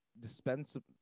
dispensable